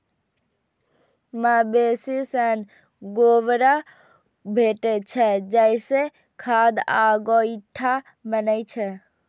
मवेशी सं गोबरो भेटै छै, जइसे खाद आ गोइठा बनै छै